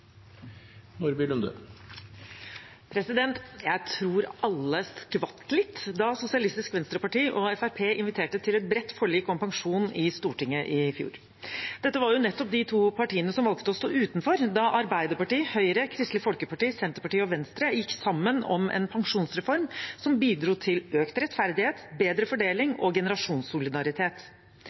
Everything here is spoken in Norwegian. fjor. Dette var nettopp de to partiene som valgte å stå utenfor da Arbeiderpartiet, Høyre, Kristelig Folkeparti, Senterpartiet og Venstre gikk sammen om en pensjonsreform som bidro til økt rettferdighet, bedre fordeling og generasjonssolidaritet.